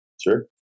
Sure